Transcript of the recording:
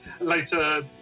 later